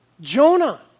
Jonah